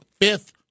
fifth